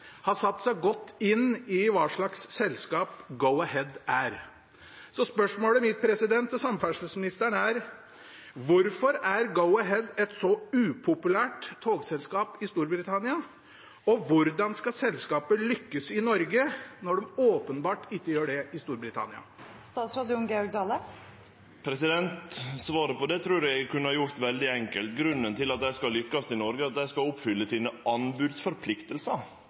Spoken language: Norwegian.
satt seg godt inn i hva slags selskap Go-Ahead er. Spørsmålet mitt til samferdselsministeren er: Hvorfor er Go-Ahead et så upopulært togselskap i Storbritannia, og hvordan skal selskapet lykkes i Norge når det åpenbart ikke gjør det i Storbritannia? Svaret på det trur eg at eg kunne ha gjort veldig enkelt. Grunnen til at dei skal lykkast i Noreg, er at dei skal oppfylle